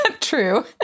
True